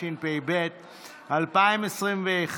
התשפ"ב 2021,